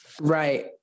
Right